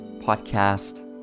podcast